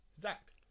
Zach